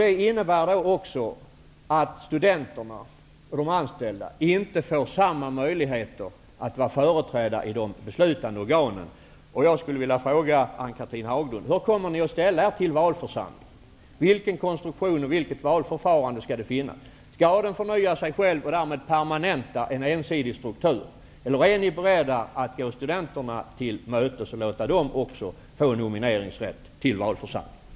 Det innebär också att studenterna och de anställda inte får samma möjligheter att vara företrädda i de beslutande organen. Jag skulle därför vilja fråga Ann-Cathrine Haglund: Hur kommer ni att ställa er till valförsamlingarna? Vilken konstruktion och vilket slags valförfarande skall finnas? Skall de förnya sig själva och därmed pemanenta en ensidig struktur, eller är ni beredda att gå studenterna till mötes och låta också dem få nomineringsrätt till valförsamlingarna?